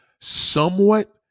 somewhat